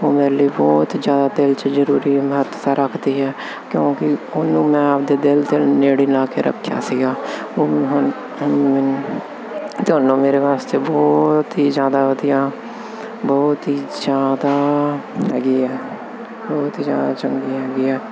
ਵੈਲੀ ਬਹੁਤ ਜਿਆਦਾ ਦਿਲ ਚ ਜਰੂਰੀ ਮੈਂ ਸਾਰਾ ਰੱਖਦੀ ਹ ਕਿਉਂਕਿ ਉਹਨੂੰ ਮੈਂ ਆਪਦੇ ਦਿਲ ਦੇ ਨੇੜੇ ਲਾ ਕੇ ਰੱਖਿਆ ਸੀਗਾ ਉਹ ਹੁਣ ਤੁਹਾਨੂੰ ਮੇਰੇ ਵਾਸਤੇ ਬਹੁਤ ਹੀ ਜਿਆਦਾ ਵਧੀਆ ਬਹੁਤ ਹੀ ਜਿਆਦਾ ਹੈਗੀ ਆ ਬਹੁਤ ਜਿਆਦਾ ਚੰਗੀ ਹੈਗੀ ਆ